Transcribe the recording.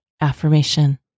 AFFIRMATION